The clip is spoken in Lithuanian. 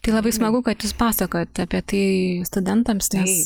tai labai smagu kad jūs pasakojat apie tai studentams nes